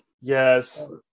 Yes